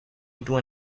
into